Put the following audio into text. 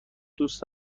دوست